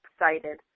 excited